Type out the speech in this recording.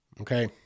okay